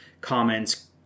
comments